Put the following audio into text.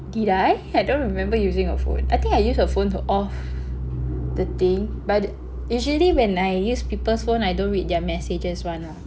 did I I don't remember using her phone I think I used her phone to off the thing but usually when I use people's phone I don't read their messages [one] lah